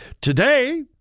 Today